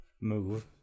move